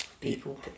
people